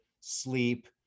sleep